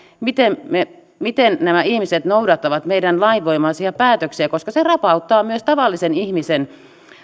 miten nämä ihmiset noudattavat meidän lainvoimaisia päätöksiä koska se rapauttaa myös tavallisen ihmisen